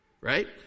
right